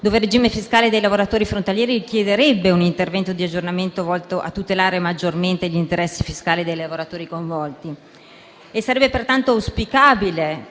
dove il regime fiscale dei lavoratori frontalieri richiederebbe un intervento di aggiornamento volto a tutelare maggiormente gli interessi fiscali dei lavoratori coinvolti. Sarebbe pertanto auspicabile